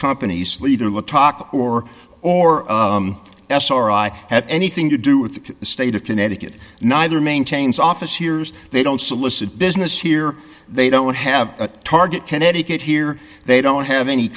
companies leader look talk or or sri had anything to do with the state of connecticut neither maintains office years they don't solicit business here they don't have a target connecticut here they don't have any